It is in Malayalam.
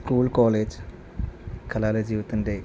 സ്കൂൾ കോളേജ് കലാലയ ജീവിതത്തിൻ്റെ